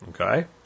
Okay